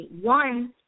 one